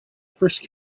first